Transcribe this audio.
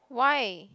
why